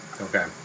okay